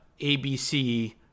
ABC